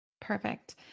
Perfect